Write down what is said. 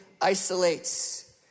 isolates